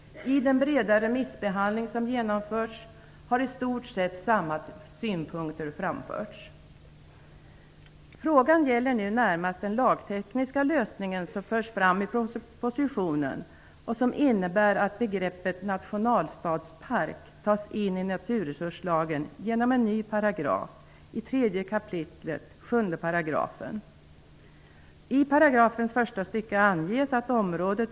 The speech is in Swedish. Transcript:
I den breda remissbehandling som genomförts har i stort sett samma synpunkter framförts. Frågan gäller nu närmast den lagtekniska lösningen som förs fram i propositionen. Den innebär att begreppet nationalstadspark tas in i naturresurslagen i en ny paragraf - 3 kap. 7 §.